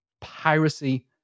piracy